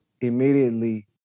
immediately